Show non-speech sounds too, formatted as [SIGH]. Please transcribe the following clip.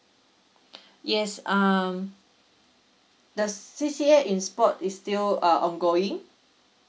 [BREATH] yes um the C_C_A in sport is still uh ongoing